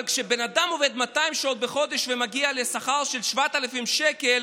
אבל כשבן אדם עובד 200 שעות בחודש ומגיע לשכר של 7,000 שקל,